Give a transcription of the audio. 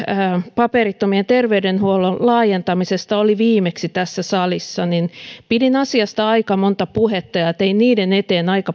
paperittomien terveydenhuollon laajentamisesta oli viimeksi tässä salissa pidin asiasta aika monta puhetta ja ja tein niiden teen aika